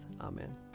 Amen